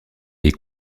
est